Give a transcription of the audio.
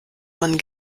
mann